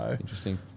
Interesting